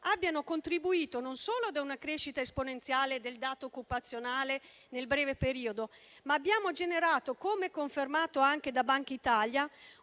abbia contribuito a una crescita esponenziale del dato occupazionale nel breve periodo, ma abbia anche generato - come confermato anche da Bankitalia